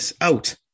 out